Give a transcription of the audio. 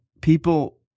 people